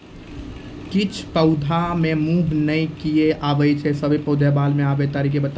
किछ पौधा मे मूँछ किये नै आबै छै, सभे पौधा मे बाल आबे तरीका बताऊ?